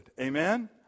Amen